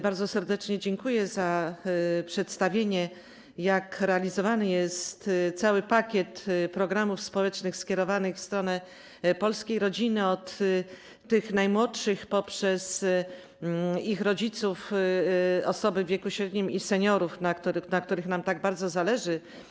Bardzo serdecznie dziękuję za przedstawienie, jak realizowany jest cały pakiet programów społecznych skierowanych w stronę polskiej rodziny: od tych najmłodszych, poprzez ich rodziców, osoby w wieku średnim, do seniorów, na których nam tak bardzo zależy.